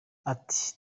ati